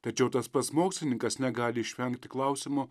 tačiau tas pats mokslininkas negali išvengti klausimo